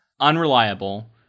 unreliable